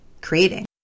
creating